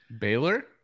Baylor